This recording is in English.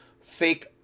fake